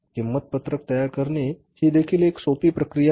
किंमत पत्रक तयार करणे ही देखील एक सोपी प्रक्रिया नाही